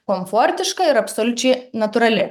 komfortiška ir absoliučiai natūrali